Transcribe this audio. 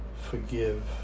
forgive